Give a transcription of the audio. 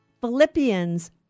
Philippians